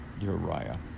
Uriah